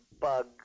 bug